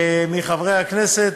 מחברי הכנסת.